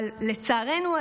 אבל לצערנו,